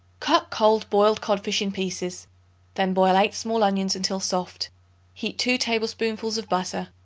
cut cold boiled codfish in pieces then boil eight small onions until soft heat two tablespoonfuls of butter.